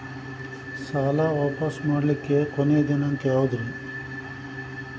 ಸಾಲಾ ವಾಪಸ್ ಮಾಡ್ಲಿಕ್ಕೆ ಕೊನಿ ದಿನಾಂಕ ಯಾವುದ್ರಿ?